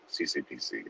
CCPC